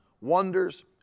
wonders